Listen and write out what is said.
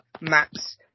Max